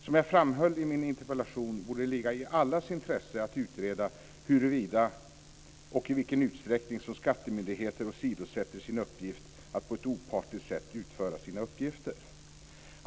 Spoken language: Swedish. Som jag framhöll i min interpellation borde det ligga i allas intresse att utreda huruvida och i vilken utsträckning som skattemyndigheter åsidosätter sin uppgift att på ett opartiskt sätt utföra sina uppgifter.